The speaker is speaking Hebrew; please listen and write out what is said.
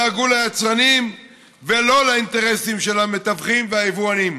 ודאגו ליצרנים ולא לאינטרסים של המתווכים והיבואנים.